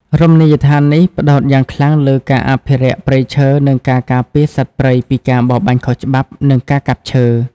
រមណីយដ្ឋាននេះផ្តោតយ៉ាងខ្លាំងលើការអភិរក្សព្រៃឈើ និងការការពារសត្វព្រៃពីការបរបាញ់ខុសច្បាប់ និងការកាប់ឈើ។